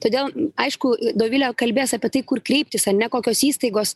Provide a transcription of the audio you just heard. todėl aišku dovilė kalbės apie tai kur kreiptis a ne kokios įstaigos